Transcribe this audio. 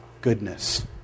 goodness